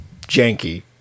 janky